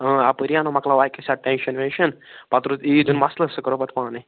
اَپٲری ہا اَنو مۅکلاوو اَکی ساتہٕ ٹٮ۪نٛشن وٮ۪نٛشن پتہٕ روٗد عیٖد ہُنٛد مسلہٕ سُہ کَرو پتہٕ پانَے